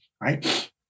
right